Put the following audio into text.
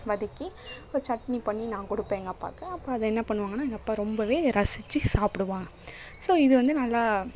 வதக்கி ஒரு சட்னி பண்ணி நான் கொடுப்பேன் எங்கள் அப்பாக்கு அப்போ அதை என்ன பண்ணுவாங்கன்னால் எங்கள் அப்பா ரொம்பவே ரசிச்சு சாப்புடுவாங்க ஸோ இது வந்து நல்லா